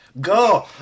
Go